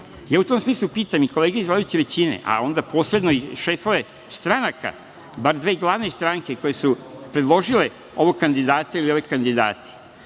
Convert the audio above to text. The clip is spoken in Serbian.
U tom smislu pitam i kolege iz vladajuće većine, a onda posebno i šefove stranaka, bar dve glavne stranke koje su predložile ovog kandidata ili ove kandidate,